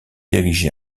ériger